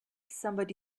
somebody